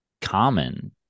common